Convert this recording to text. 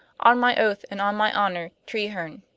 on my oath and on my honor treherne.